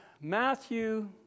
Matthew